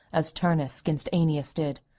as turnus gainst aeneas did,